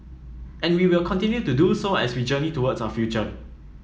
and we will continue to do so as we journey towards our future